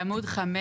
בעמוד 5